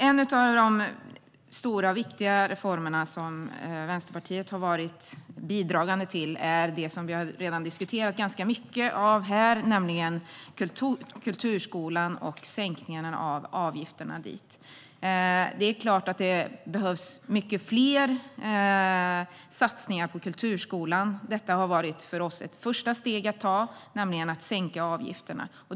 En av de stora och viktiga reformer som Vänsterpartiet har bidragit till har redan diskuterats ganska mycket, nämligen sänkningen av avgifterna till kulturskolan. Det är klart att det behövs många fler satsningar på kulturskolan. Att sänka avgifterna har varit ett första steg för oss.